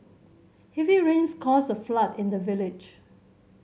heavy rains caused a flood in the village